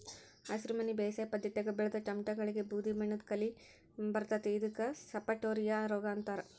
ಹಸಿರುಮನಿ ಬೇಸಾಯ ಪದ್ಧತ್ಯಾಗ ಬೆಳದ ಟೊಮ್ಯಾಟಿಗಳಿಗೆ ಬೂದಿಬಣ್ಣದ ಕಲಿ ಬರ್ತೇತಿ ಇದಕ್ಕ ಸಪಟೋರಿಯಾ ರೋಗ ಅಂತಾರ